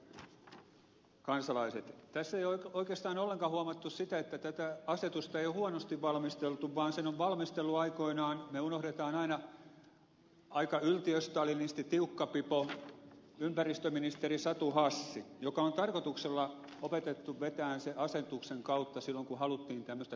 tässä ei ole oikeastaan ollenkaan huomattu sitä että tätä asetusta ei ole huonosti valmisteltu vaan sen on valmistellut aikoinaan minkä me unohdamme aina aika yltiöstalinisti tiukkapipo ympäristöministeri satu hassi joka on tarkoituksella opetettu vetämään se asetuksen kautta silloin kun haluttiin tämmöistä tiukempaa lainsäädäntöä